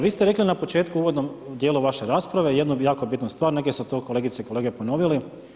Vi ste rekli na početku u uvodnom dijelu vaše rasprave jednu jako bitnu stvar, neke su to kolegice i kolege ponovili.